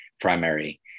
primary